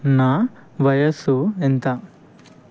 నా వయసు ఎంత